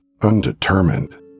undetermined